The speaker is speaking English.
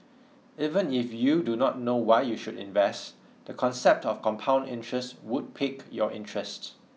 even if you do not know why you should invest the concept of compound interest would pique your interest